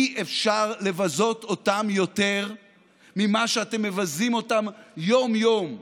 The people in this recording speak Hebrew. אי-אפשר לבזות אותם יותר ממה שאתם מבזים אותם יום-יום כאן,